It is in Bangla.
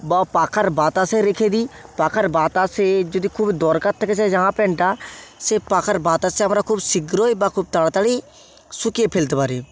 বা পাখার বাতাসে রেখে দিই পাখার বাতাসে যদি খুব দরকার থাকে সেই জামা প্যান্টটা সে পাখার বাতাসে আমরা খুব শীঘ্রই বা খুব তাড়াতাড়ি শুকিয়ে ফেলতে পারি